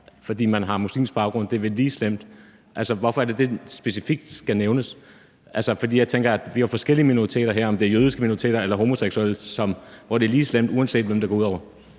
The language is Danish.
fordi man har muslimsk baggrund. Det er vel lige slemt for alle. Altså, hvorfor er det, at det specifikt skal nævnes? Jeg tænker, at vi jo er forskellige minoriteter her – om det er jødiske minoriteter eller homoseksuelle – hvor det er lige slemt, uanset hvem det går ud over.